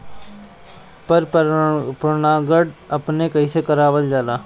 पर परागण अपने से कइसे करावल जाला?